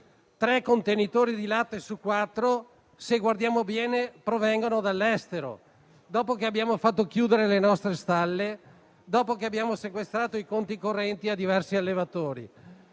tre contenitori di latte su quattro, se guardiamo bene, provengono dall'estero; tutto ciò dopo che abbiamo fatto chiudere le nostre stalle e che abbiamo sequestrato i conti correnti a diversi allevatori.